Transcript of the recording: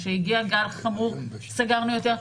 כשהגיע גל חמור סגרנו יותר.